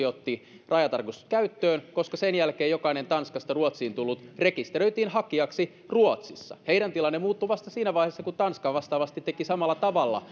otti rajatarkastukset käyttöön koska sen jälkeen jokainen tanskasta ruotsiin tullut rekisteröitiin hakijaksi ruotsissa heidän tilanteensa muuttui vasta siinä vaiheessa kun tanska vastaavasti teki samalla tavalla